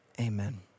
Amen